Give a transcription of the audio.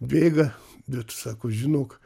bėga bet sako žinok